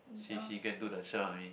she she can do the shirt on me